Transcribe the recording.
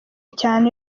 cyane